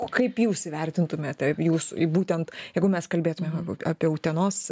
o kaip jūs įvertintumėte jūs būtent jeigu mes kalbėtumėm apie utenos